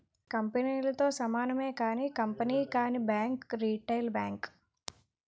కంపెనీలతో సమానమే కానీ కంపెనీ కానీ బ్యాంక్ రిటైల్ బ్యాంక్